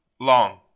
long